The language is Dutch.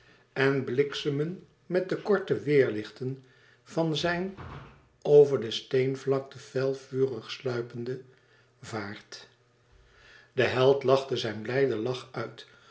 en bliksemen met de korte weêrlichten van zijn over de steenvlakte fel vurig sluipende vaart de held lachte zijn blijden lach uit